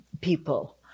people